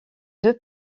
deux